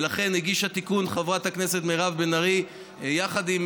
ולכן הגישה תיקון חברת הכנסת מירב בן ארי, יחד עם